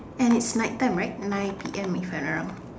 and it's nighttime right nine P_M if I'm not wrong